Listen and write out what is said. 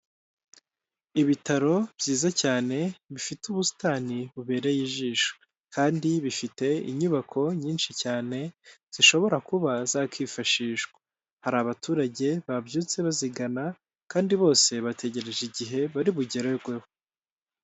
Ibitaro byiza cyane bifite ubusitani bubereye ijisho kandi bifite inyubako nyinshi cyane zishobora kuba zakifashishwa, hari abaturage babyutse bazigana kandi bose bategereje igihe bari bugerweho.